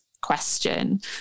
question